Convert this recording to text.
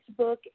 Facebook